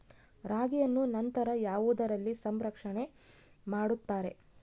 ರಾಗಿಯನ್ನು ನಂತರ ಯಾವುದರಲ್ಲಿ ಸಂರಕ್ಷಣೆ ಮಾಡುತ್ತಾರೆ?